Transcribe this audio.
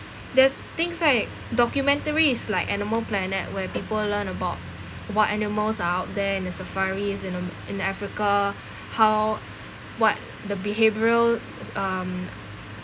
there's things like documentaries like animal planet where people learn about what animals are out there in the safari is in um in africa how what the behavioural um